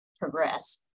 progress